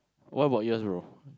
what about yours bro